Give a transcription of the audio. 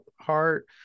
heart